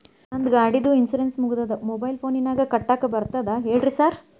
ನಂದ್ ಗಾಡಿದು ಇನ್ಶೂರೆನ್ಸ್ ಮುಗಿದದ ಮೊಬೈಲ್ ಫೋನಿನಾಗ್ ಕಟ್ಟಾಕ್ ಬರ್ತದ ಹೇಳ್ರಿ ಸಾರ್?